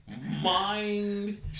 Mind